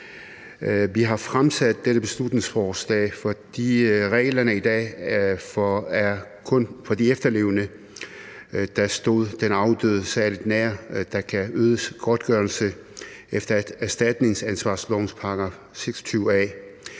Vi har fremsat dette beslutningsforslag, fordi det efter reglerne i dag kun er for de efterlevende, der stod den afdøde særlig nær, der kan ydes godtgørelse efter erstatningsansvarslovens § 26 a.